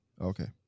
Okay